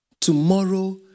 Tomorrow